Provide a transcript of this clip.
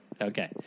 Okay